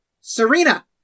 Serena